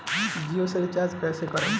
जियो के रीचार्ज कैसे करेम?